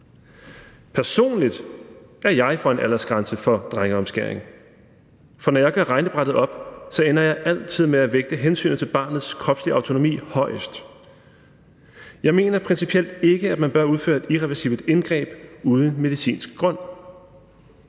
Personligt er jeg for en aldersgrænse for drengeomskæring, for når jeg gør regnebrættet op, ender jeg altid med at vægte hensynet til barnets kropslige autonomi højest. Jeg mener principielt ikke, at man bør udføre et irreversibelt indgreb uden medicinsk grund,